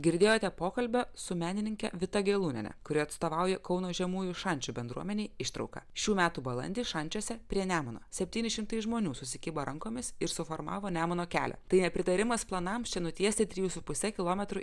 girdėjote pokalbio su menininke vita gelūnienė kuri atstovauja kauno žemųjų šančių bendruomenei ištrauką šių metų balandį šančiuose prie nemuno septyni šimtai žmonių susikibo rankomis ir suformavo nemuno kelią tai nepritarimas planams čia nutiesti trijų su puse kilometrų